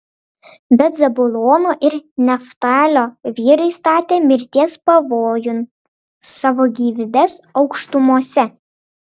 bet zabulono ir neftalio vyrai statė mirties pavojun savo gyvybes aukštumose